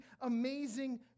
amazing